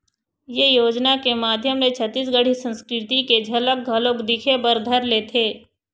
ए योजना के माधियम ले छत्तीसगढ़ी संस्कृति के झलक घलोक दिखे बर धर लेथे